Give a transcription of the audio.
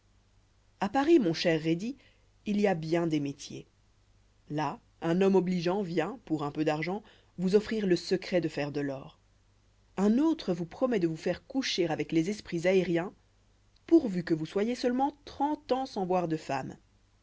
à paris mon cher rhédi il y a bien des métiers là un homme obligeant vient pour un peu d'argent vous offrir le secret de faire de l'or un autre vous promet de vous faire coucher avec les esprits aériens pourvu que vous soyez seulement trente ans sans voir de femmes